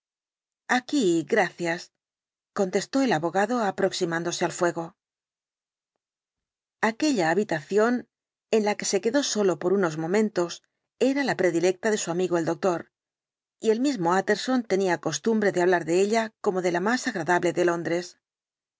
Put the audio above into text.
aquí gracias contestó el abogado aproximándose al fuego aquella habitación en la que se quedó solo por unos momentos era la predilecta de su amigo el doctor y el mismo utterson tenía costumbre de hablar de ella como de la más agradable de londres